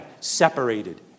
separated